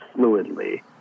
fluidly